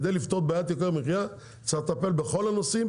כדי לפתור בעיית יוקר המחייה צריך לטפל בכל הנושאים,